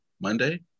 Monday